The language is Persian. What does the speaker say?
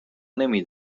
نمی